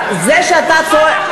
זה בושה מה שאת אומרת.